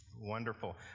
Wonderful